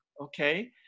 okay